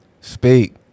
Speak